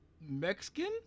Mexican